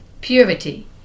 purity